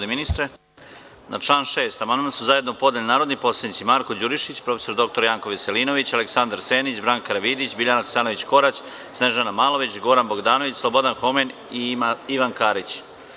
Na član 6. amandman su zajedno podneli narodni poslanici Marko Đurišić, prof. dr Janko Veselinović, Aleksandar Senić, Branka Karavidić, Biljana Hasanović Korać, Snežana Malović, Goran Bogdanović, Slobodan Homen i Ivan Karić.